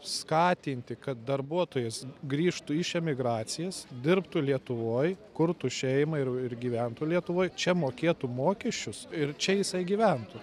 skatinti kad darbuotojas grįžtų iš emigracijos dirbtų lietuvoj kurtų šeimą ir ir gyventų lietuvoj čia mokėtų mokesčius ir čia jisai gyventų